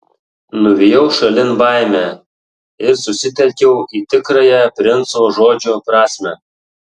nuvijau šalin baimę ir susitelkiau į tikrąją princo žodžių prasmę